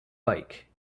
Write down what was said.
bike